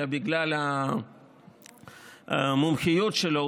אלא בגלל המומחיות שלו,